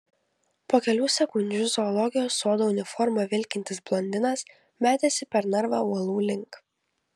po kelių sekundžių zoologijos sodo uniforma vilkintis blondinas metėsi per narvą uolų link